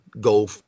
go